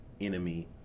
enemy